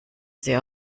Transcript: sie